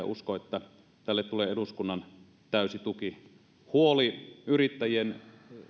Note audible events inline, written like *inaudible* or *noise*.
*unintelligible* uskon että tälle tulee eduskunnan täysi tuki huoli yrittäjien